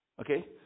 okay